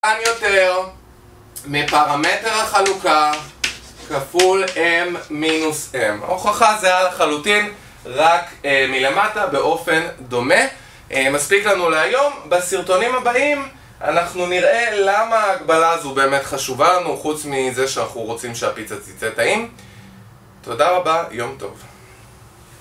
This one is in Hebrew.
יותר מפרמטר החלוקה כפול m-m. הוכחה זהה לחלוטין רק מלמטה באופן דומה. מספיק לנו להיום. בסרטונים הבאים אנחנו נראה למה ההגבלה הזו באמת חשובה לנו חוץ מזה שאנחנו רוצים שהפיצה תצא טעים. תודה רבה, יום טוב.